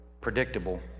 predictable